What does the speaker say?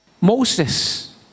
Moses